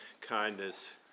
kindness